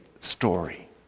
story